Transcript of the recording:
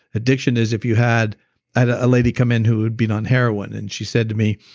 addiction is if you had. i had ah a lady come in who had been on heroin and she said to me,